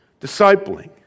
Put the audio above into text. discipling